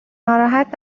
ناراحت